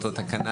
באותה התקנה,